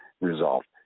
resolved